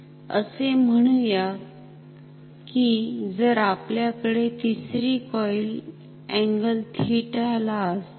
असे म्हणुया कि जर आपल्याकडे तिसरी कॉईल अँगल थिटा ला असेल